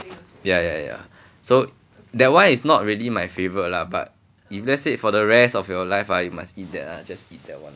ya ya ya so that one is not really my favourite lah but if let's say for the rest of your life ah you must eat that ah just eat that one